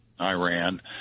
Iran